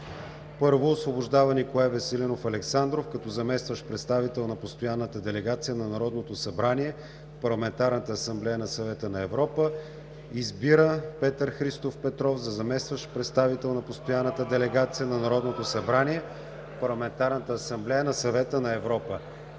1. Освобождава Николай Веселинов Александров като заместващ представител на Постоянната делегация на Народното събрание в Парламентарната асамблея на Съвета на Европа. 2. Избира Петър Христов Петров за заместващ представител на Постоянната делегация на Народното събрание в Парламентарната асамблея на Съвета на Европа.“